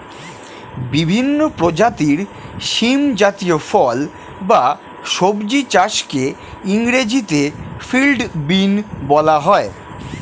বিভিন্ন প্রজাতির শিম জাতীয় ফল বা সবজি চাষকে ইংরেজিতে ফিল্ড বিন বলা হয়